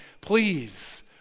Please